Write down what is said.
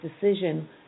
decision